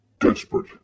desperate